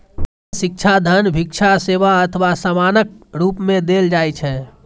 दान शिक्षा, धन, भिक्षा, सेवा अथवा सामानक रूप मे देल जाइ छै